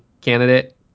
candidate